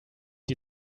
die